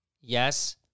Yes